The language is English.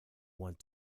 want